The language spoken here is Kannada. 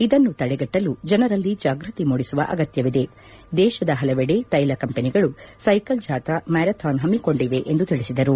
ಇದನ್ನು ತಡೆಗಟ್ಟಲು ಜನರಲ್ಲಿ ಜಾಗೃತಿ ಮೂಡಿಸುವ ಅಗತ್ತವಿದೆ ದೇಶದ ಹಲವಡೆ ತೈಲ ಕಂಪೆನಿಗಳು ಸೈಕಲ್ ಜಾಥಾ ಮ್ಖಾರಥಾನ್ ಹಮ್ಮಿಕೊಂಡಿವೆ ಎಂದು ತಿಳಿಸಿದರು